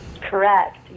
Correct